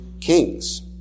kings